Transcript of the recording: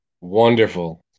Wonderful